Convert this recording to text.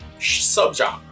subgenre